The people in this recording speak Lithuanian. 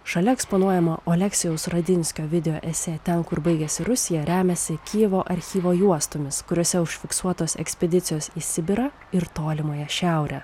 šalia eksponuojama oleksijaus radiniskio videoesė ten kur baigiasi rusija remiasi kijevo archyvo juostomis kuriose užfiksuotos ekspedicijos į sibirą ir tolimąją šiaurę